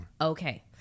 Okay